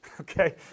okay